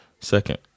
second